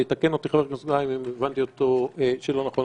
ויתקן אותי חבר הכנסת גולן אם הבנתי אותו לא נכון,